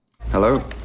Hello